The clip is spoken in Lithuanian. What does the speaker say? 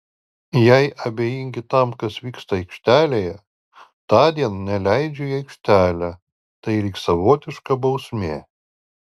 jei abejingi tam kas vyksta aikštelėje tądien neleidžiu į aikštelę tai lyg savotiška bausmė